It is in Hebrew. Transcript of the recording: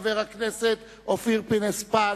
חבר הכנסת הורוביץ,